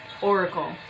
Oracle